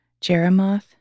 Jeremoth